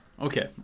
okay